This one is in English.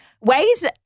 Ways